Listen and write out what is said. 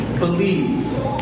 Believe